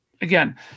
again